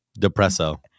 depresso